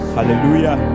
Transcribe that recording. Hallelujah